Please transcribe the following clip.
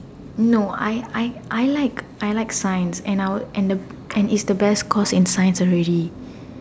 no I I I like I like science and I'd would and I would it's the best course in science already